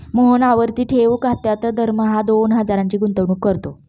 मोहन आवर्ती ठेव खात्यात दरमहा दोन हजारांची गुंतवणूक करतो